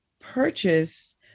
purchase